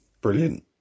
brilliant